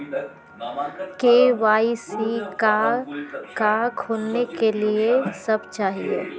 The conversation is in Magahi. के.वाई.सी का का खोलने के लिए कि सब चाहिए?